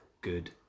Good